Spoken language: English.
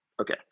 okay